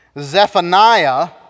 Zephaniah